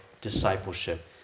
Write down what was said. discipleship